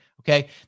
Okay